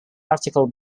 article